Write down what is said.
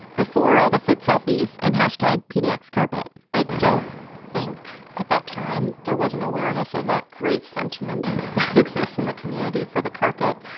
before all the foot selfies and hashtag pdxcarpet i don't think at that time there was an awareness of that great sentiment that exists in the community for the carpet.